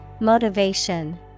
Motivation